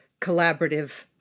collaborative